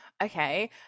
Okay